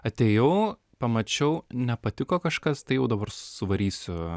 atėjau pamačiau nepatiko kažkas tai jau dabar suvarysiu